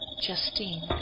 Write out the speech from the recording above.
Justine